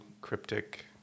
cryptic